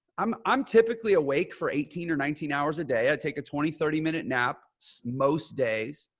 i'm i'm typically awake for eighteen or nineteen hours a day. i'd take a twenty, thirty minute nap so most days.